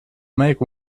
make